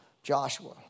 Joshua